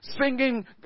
Singing